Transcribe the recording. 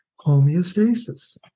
homeostasis